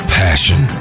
passion